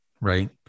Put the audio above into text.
right